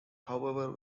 however